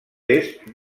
est